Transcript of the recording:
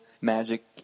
magic